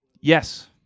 Yes